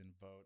vote